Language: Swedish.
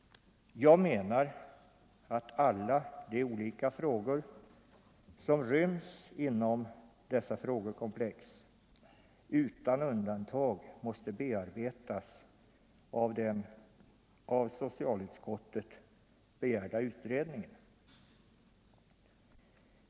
Jag menar att alla de frågor som ryms inom dessa frågekomplex utan undantag måste bearbetas av den av socialutskottet begärda utredningen.